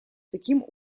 таким